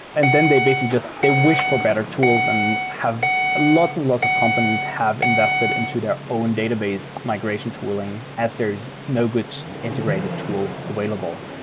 and then they basically just they wish for better tools, and have lots and lots of companies have invested into their own database migration tooling as there're no good integrated tools available.